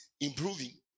improving